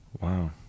Wow